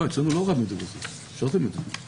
אצלנו לא הורדנו את זה בסוף, השארנו את זה.